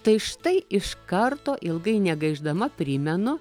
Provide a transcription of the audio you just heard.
tai štai iš karto ilgai negaišdama primenu